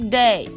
day